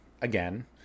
again